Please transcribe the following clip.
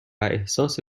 احساس